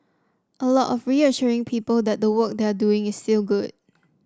a lot of reassuring people that the work they are doing is still good